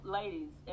ladies